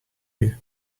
you